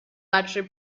battery